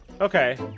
Okay